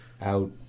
Out